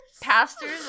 pastors